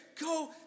Go